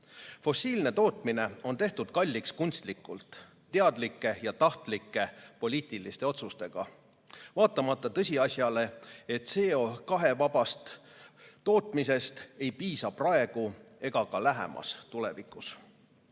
Fossiilne tootmine on tehtud kalliks kunstlikult, teadlike ja tahtlike poliitiliste otsustega, vaatamata tõsiasjale, et CO2‑vabast tootmisest ei piisa praegu ega ka lähemas tulevikus. Täiesti